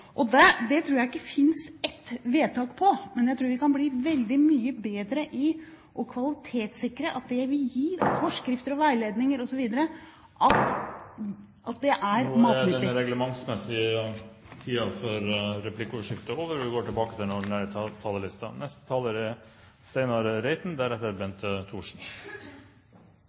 Det tror jeg ikke det finnes ett vedtak på, men jeg tror vi kan bli veldig mye bedre i å kvalitetssikre at det vi gir av forskrifter og veiledninger osv., er matnyttig. Replikkordskiftet er dermed omme. De talere som heretter får ordet, har en taletid på inntil 3 minutter. Det er